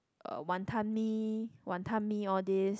uh Wanton-Mee Wanton-Mee all this